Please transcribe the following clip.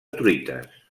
truites